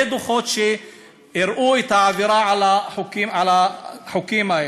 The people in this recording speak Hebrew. דוחות שהראו את העבירה על החוקים האלה.